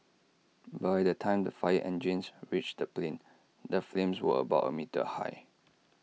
by the time the fire engines reached the plane the flames were about A metre high